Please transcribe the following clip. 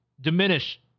diminish